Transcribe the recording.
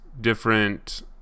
different